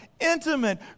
intimate